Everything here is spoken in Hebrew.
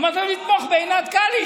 אמרתי לו: לתמוך בעינת קליש.